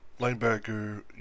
linebacker